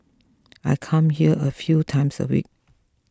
I come here a few times a week